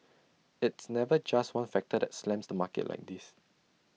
it's never just one factor that slams the market like this